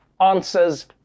answers